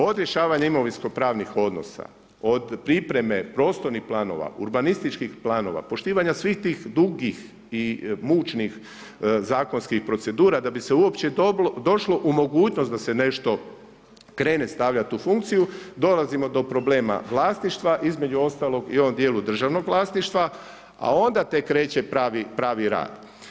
Od rješavanja imovinskih pravnih odnosa, od pripreme prostornih planova, urbanističkih planova, poštivanje svih tih dugih i mučnih zakonskih procedura, da bi se uopće došlo u mogućnost da se nešto krene stavljati u funkciju, dolazimo i do problema vlasništva, između ostalog i ovog dijela državnog vlasništva, a onda tek kreće pravi rad.